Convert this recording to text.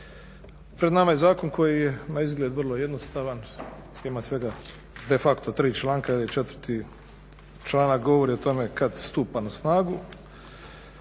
pred nama je zakon koji je na izgled vrlo jednostavan, ima svega de facto 3 članka jer 4. članak govori o tome kad stupa na snagu.